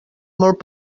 molt